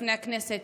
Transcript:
לפני הכנסת,